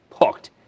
hooked